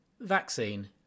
Vaccine